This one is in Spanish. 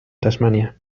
tasmania